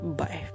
bye